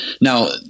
Now